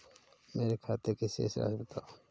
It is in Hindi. मेरे खाते की शेष राशि बताओ?